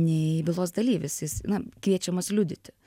nei bylos dalyvis jis na kviečiamas liudyti